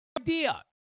Idea